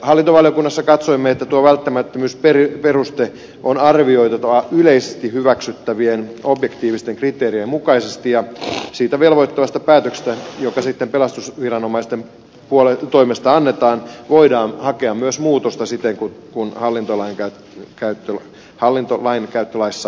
hallintovaliokunnassa katsoimme että tuo välttämättömyysperuste on arvioitava yleisesti hyväksyttävien objektiivisten kriteerien mukaisesti ja siitä velvoittavasta päätöksestä joka pelastusviranomaisten toimesta annetaan voidaan myös hakea muutosta siten kuin hallintolainkäyttölaissa säädetään